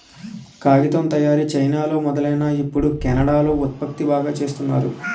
కాగితం తయారీ చైనాలో మొదలైనా ఇప్పుడు కెనడా లో ఉత్పత్తి బాగా చేస్తున్నారు